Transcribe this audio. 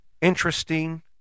interesting